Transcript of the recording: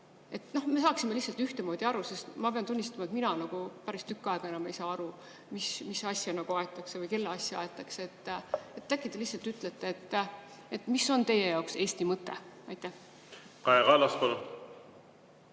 me saaksime lihtsalt ühtemoodi aru, sest ma pean tunnistama, et mina päris tükk aega enam ei saa aru, mis asja nagu aetakse või kelle asja aetakse –, äkki te lihtsalt ütlete, mis on teie jaoks Eesti mõte. Suur tänu,